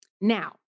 Now